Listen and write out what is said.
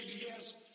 yes